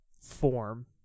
form